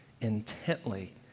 intently